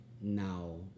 now